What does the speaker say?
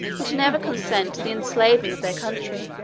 would never consent to the enslaving of their country.